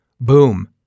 Boom